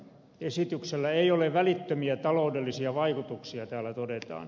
esityksellä ei ole välittömiä taloudellisia vaikutuksia täällä tode taan